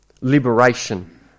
Liberation